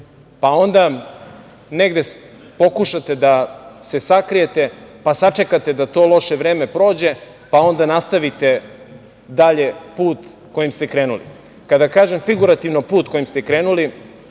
pa onda negde pokušate da se sakrijete, pa sačekate da to loše vreme prođe, pa onda nastavite dalje put kojim ste krenuli. Kada kažem, figurativno, put kojim ste krenuli,